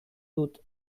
dut